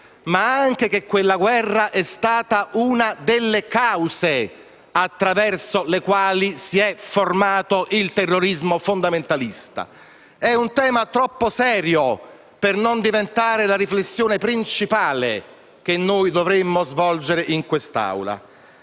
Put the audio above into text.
ma anche che quella guerra è stata una delle cause attraverso le quali si è formato il terrorismo fondamentalista. È un tema troppo serio per non diventare la riflessione principale che dovremmo svolgere in quest'Assemblea.